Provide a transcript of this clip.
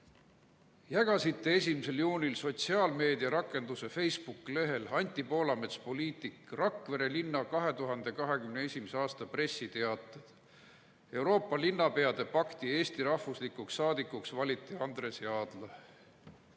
Jagasite 1. juunil sotsiaalmeedia rakenduse Facebook lehel "Anti Poolamets, poliitik" Rakvere linna 2021. aasta pressiteate "Euroopa linnapeade pakti Eesti rahvuslikuks saadikuks valiti Andres Jaadla".